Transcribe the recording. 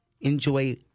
Enjoy